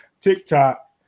tiktok